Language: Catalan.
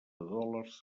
dòlars